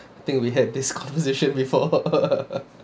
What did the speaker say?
think we had this conversation before